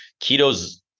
Keto's